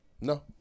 No